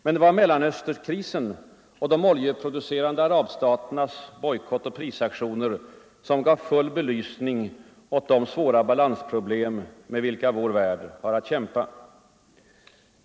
Men det var Mellanösternkrisen och de oljeproducerande arabstaternas bojkottoch prisaktioner som gav full belysning åt de svåra balansproblem med vilka vår värld har att kämpa.